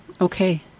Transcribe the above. Okay